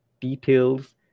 details